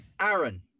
Aaron